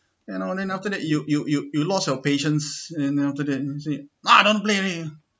you know then after that you you you you lost your patience then after that said !wah! don't play with me uh